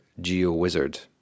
GeoWizard